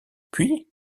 puis